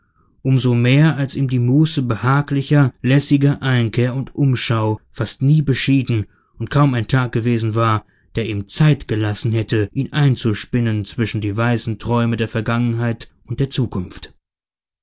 so mehr als ihm die muße behaglicher lässiger einkehr und umschau fast nie beschieden und kaum ein tag gewesen war der ihm zeit gelassen hätte ihn einzuspinnen zwischen die weißen träume der vergangenheit und der zukunft